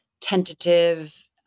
tentative